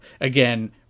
again